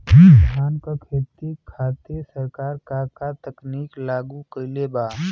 धान क खेती खातिर सरकार का का तकनीक लागू कईले बा?